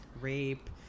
rape